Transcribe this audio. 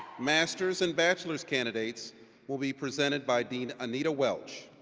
masters and bachelor candidates will be presented by dean anita welch.